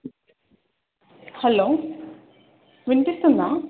hello వినిపిస్తుందా